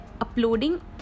uploading